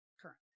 current